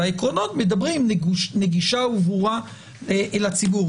והעקרונות מדברים על "נגישה וברורה לציבור".